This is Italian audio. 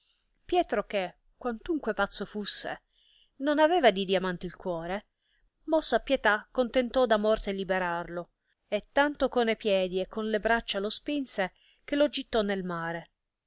pietro che quantunque pazzo fusse non aveva di diamante il cuore mosso a pietà contentò da morte liberarlo e tanto e con e piedi e con le braccia lo spinse che lo gittò nel mare